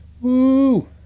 Woo